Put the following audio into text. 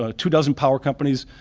ah two dozen power companies,